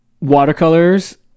Watercolors